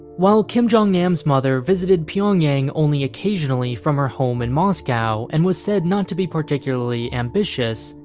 while kim jong-nam's mother visited pyongyang only occasionally from her home in moscow, and was said not to be particularly ambitious,